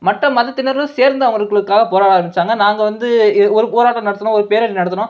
மற்ற மதத்தினரெல்லாம் சேர்ந்து அவங்களுக்காக போராட ஆரம்பித்தாங்க நாங்கள் வந்து ஒரு ஒரு போராட்டம் நடத்தினோம் ஒரு பேரணி நடத்தினோம்